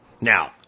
Now